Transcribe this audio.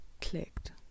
clicked